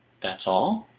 that's all?